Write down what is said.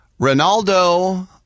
Ronaldo